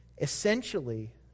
essentially